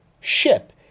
ship